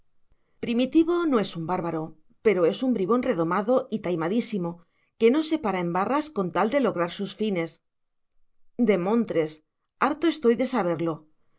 primitivo no es un bárbaro pero es un bribón redomado y taimadísimo que no se para en barras con tal de lograr sus fines demontres harto estoy de saberlo